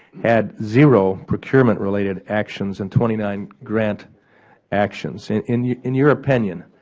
had zero procurement-related actions and twenty nine grant actions. and in your in your opinion,